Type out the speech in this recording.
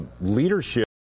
leadership